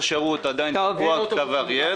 --- באריאל,